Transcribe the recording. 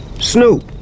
Snoop